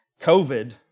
COVID